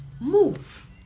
move